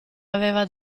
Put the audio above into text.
aveva